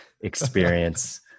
experience